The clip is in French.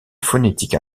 phonétique